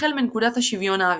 החל מנקודת השוויון האביבית.